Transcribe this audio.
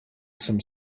some